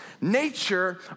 nature